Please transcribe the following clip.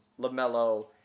LaMelo